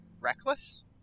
reckless